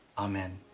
amen.